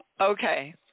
okay